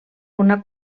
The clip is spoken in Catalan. una